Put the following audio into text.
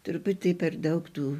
truputį per daug tų